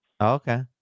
okay